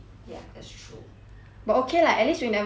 but okay lah at least we never really fuck up our exam lah